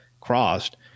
crossed